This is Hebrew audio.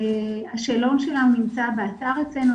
השאלון שלנו נמצא באתר אצלנו,